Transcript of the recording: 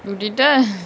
you didn't